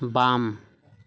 बाम